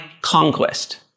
conquest